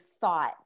thought